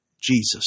Jesus